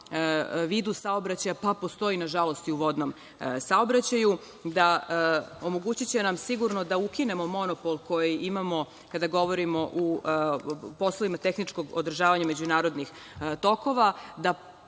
vidu saobraćaja, pa postoji nažalost i u vodnom saobraćaju. Omogućiće nam sigurno da ukinemo monopol koji imamo kada govorimo o poslovima tehničkog održavanja međunarodnih tokova, da